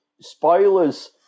spoilers